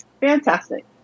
fantastic